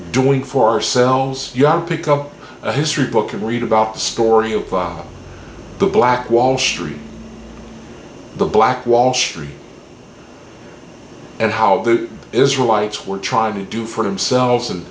doing for ourselves you are pick up a history book and read about the story of the black wall street the black wall street and how the israelites were trying to do for themselves and